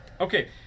okay